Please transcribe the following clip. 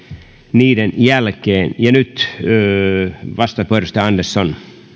niiden jälkeen nyt vastauspuheenvuoro edustaja andersson